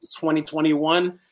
2021